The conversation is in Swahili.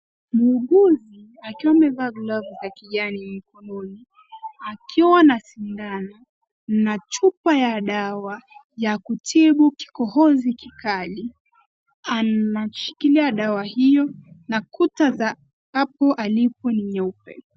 Muuguzi akiwa amevaa glavu za kijani mkononi akiwa na sindano na chupa ya dawa ya kutibu kikohozi kikali. Anashikilia dawa hio na kuta za hapo alipo ni nyeupe.